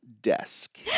desk